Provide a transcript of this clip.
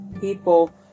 people